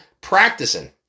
practicing